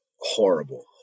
horrible